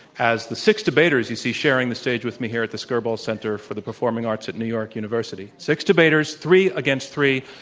as the six debaters you see sharing the stage with me here at the skirball center for the performing arts at new york university. six debaters, three against three,